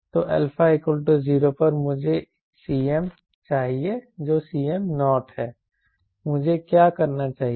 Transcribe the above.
तो α 0 पर मुझे एक Cm चाहिए जो Cm0 है मुझे क्या करना चाहिए